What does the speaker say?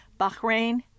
Bahrain